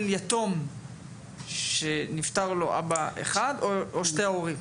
יתום שנפטר לו אבא אחד או שני הורים.